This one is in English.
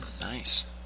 Nice